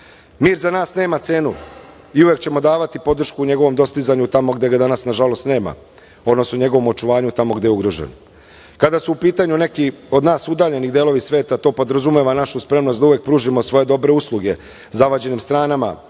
za nas nema cenu i uvek ćemo davati podršku njegovom dostizanju tamo gde ga danas, nažalost, nema, odnosno njegovom očuvanju tamo gde je ugrožen. Kada su u pitanju neki od nas udaljeni delovi sveta, to podrazumeva našu spremnost da uvek pružimo svoje dobre usluge zavađenim stranama